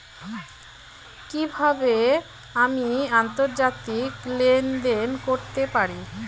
কি কিভাবে আমি আন্তর্জাতিক লেনদেন করতে পারি?